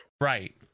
Right